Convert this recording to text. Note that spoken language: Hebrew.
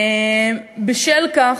בשל כך,